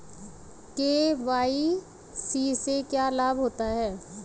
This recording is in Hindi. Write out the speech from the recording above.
के.वाई.सी से क्या लाभ होता है?